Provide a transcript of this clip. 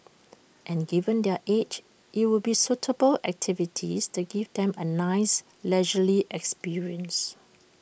and given their age it'll be suitable activities that give them A nice leisurely experience